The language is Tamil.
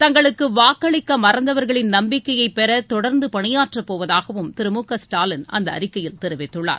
தங்களுக்கு வாக்களிக்க மறந்தவர்களின் நம்பிக்கையை பெற தொடர்ந்து பணியாற்றப் போவதாகவும் திரு மு க ஸ்டாலின் அந்த அறிக்கையில் தெரிவித்துள்ளார்